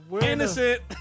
innocent